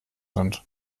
sind